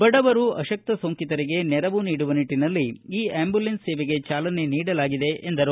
ಬಡವರು ಆಶಕ್ತ ಸೋಂಕಿತರಿಗೆ ನೆರವು ನೀಡುವ ನಿಟ್ವಿನಲ್ಲಿ ಈ ಅಂಬ್ಯುಲೆನ್ಸ್ ಸೇವೆಗೆ ಚಾಲನೆ ನೀಡಲಾಗಿದೆ ಎಂದರು